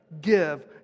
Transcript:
give